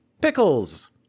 Pickles